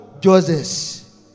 Joseph